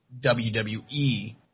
WWE